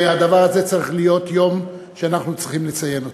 והדבר הזה צריך להיות יום שאנחנו צריכים לציין אותו.